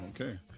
Okay